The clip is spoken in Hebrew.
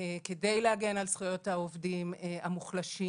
כדי להגן על זכויות העובדים המוחלשים.